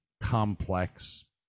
complex